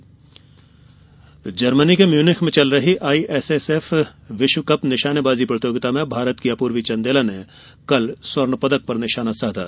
निशानेबाजी जर्मनी के म्यूनिख में चल रही आईएसएसएफ विश्व कप निशानेबाजी प्रतियोगिता में भारत की अपूर्वी चंदेला ने कल स्वर्ण पदक पर निशाना साधा